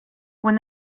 when